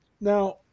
now